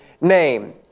name